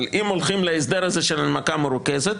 אבל אם הולכים להסדר הזה של הנמקה מרוכזת,